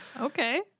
Okay